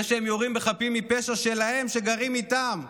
על זה שהם יורים בחפים מפשע שלהם, שגרים איתם,